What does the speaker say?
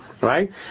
Right